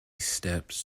steps